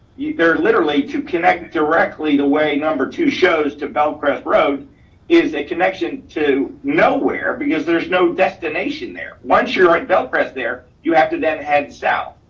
there literally to connect directly the way number two shows to bellcrest road is a connection to nowhere because there's no destination there. once you're a bellcrest there, you have to then head south.